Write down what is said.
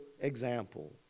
example